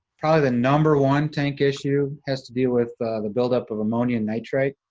probably the number one tank issue has to do with the buildup of ammonia and nitrite.